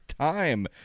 time